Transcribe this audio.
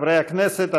חברי הכנסת,